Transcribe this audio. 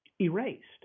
erased